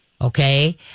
Okay